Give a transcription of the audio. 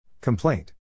Complaint